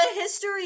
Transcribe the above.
history